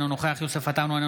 אינו נוכח יוסף עטאונה,